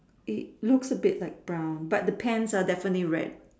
it looks a bit like brown but the pants are definitely red